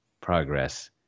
Progress